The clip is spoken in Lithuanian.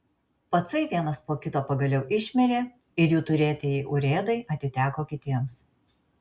pacai vienas po kito pagaliau išmirė ir jų turėtieji urėdai atiteko kitiems